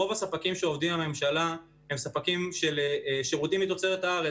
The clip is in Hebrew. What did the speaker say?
רוב הספקים שעובדים עם הממשלה הם ספקים של שירותים מתוצרת הארץ.